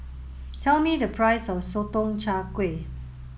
tell me the price of Sotong Char Kway